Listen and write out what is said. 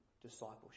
discipleship